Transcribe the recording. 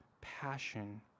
passion